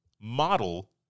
model